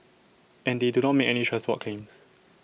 and they do not make any transport claims